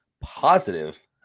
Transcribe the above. Positive